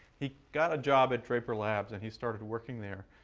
he got a job at draper labs and he started working there.